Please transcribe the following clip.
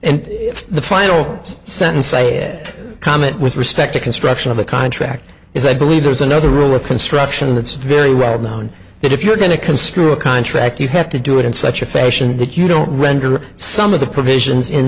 and if the final sentence eyad comment with respect to construction of the contract is i believe there's another rule of construction that's very well known that if you're going to construe a contract you have to do it in such a fashion that you don't render some of the provisions in